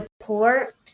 support